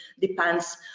depends